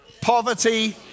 Poverty